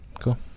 Cool